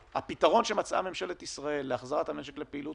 תני לי אפשרות אחת שמחזירה את המשק לפעילות